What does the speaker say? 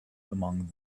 among